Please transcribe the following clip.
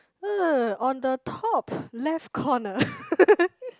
uh on the top left corner